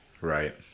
Right